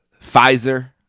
Pfizer